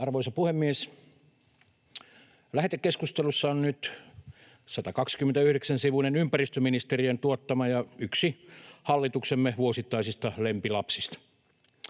Arvoisa puhemies! Lähetekeskustelussa on nyt 129-sivuinen, ympäristöministeriön tuottama, yksi hallituksemme vuosittaisista lempilapsista,